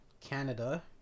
Canada